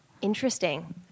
Interesting